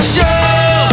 Show